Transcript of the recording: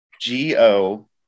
G-O-